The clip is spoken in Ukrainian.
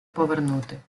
повернути